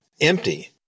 empty